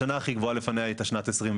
השנה הכי גבוהה לפניה הייתה שנת 2021,